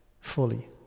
fully